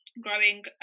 growing